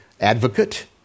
advocate